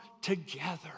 together